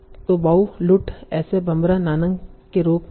तो बाउ लुट ऐसे बम्बारा नादंग के रूप में है